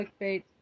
clickbait